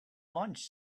lunch